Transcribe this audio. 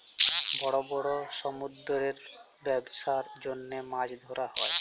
বড় বড় সমুদ্দুরেতে ব্যবছার জ্যনহে মাছ ধ্যরা হ্যয়